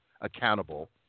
accountable